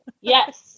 yes